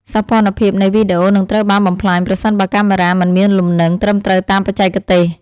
សោភ័ណភាពនៃវីដេអូនឹងត្រូវបានបំផ្លាញប្រសិនបើកាមេរ៉ាមិនមានលំនឹងត្រឹមត្រូវតាមបច្ចេកទេស។